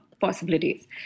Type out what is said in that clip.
possibilities